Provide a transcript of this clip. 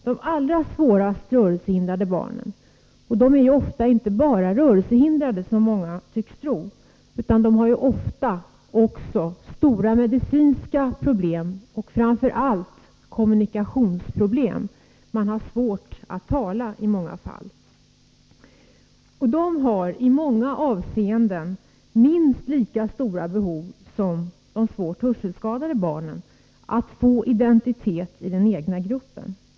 De allra svårast rörelsehindrade barnen är ofta inte bara det allmänna skol rörelsehindrade, som många tycks tro, utan har också stora medicinska problem och framför allt kommunikationsproblem; de har i många fall svårt att tala. En del av dem har alltså i många avseenden minst lika stora behov som de svårt hörselskadade barnen när det gäller att få identitet i den egna gruppen.